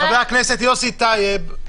חבר הכנסת יוסי טייב.